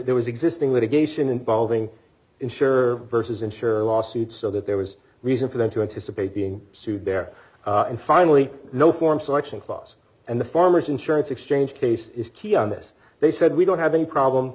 there was existing litigation involving insure versus insurer lawsuits so that there was reason for them to anticipate being sued there and finally no form selection clause and the farmers insurance exchange case is key on this they said we don't have any problem